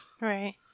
Right